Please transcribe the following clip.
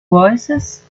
voicesand